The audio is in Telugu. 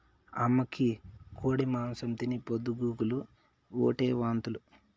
అమ్మకి కోడి మాంసం తిని పొద్దు గూకులు ఓటే వాంతులు